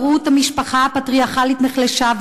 מרות המשפחה הפטריארכלית נחלשה,